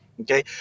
Okay